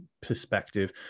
perspective